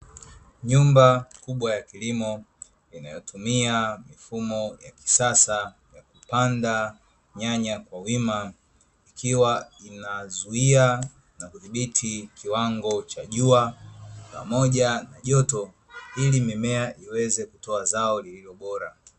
Nyumba kubwa ya kilimo inayotumia mifumo ya kisasa ya kupanda nyanya kwa wima ikiwa inazuia na kudhibiti kiwango cha jua pamoja na joto, ili mimea iweze kutoa zao lililo bora.